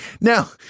Now